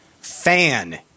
fan